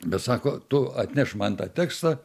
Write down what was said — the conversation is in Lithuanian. bet sako tu atnešk man tą tekstą